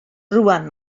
rwan